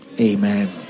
Amen